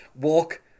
walk